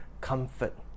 comfort